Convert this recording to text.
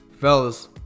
Fellas